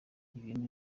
ibintu